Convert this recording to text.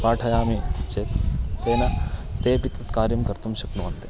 पाठयामि चेत् तेन तेपि तत् कार्यं कर्तुं शक्नुवन्ति